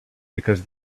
because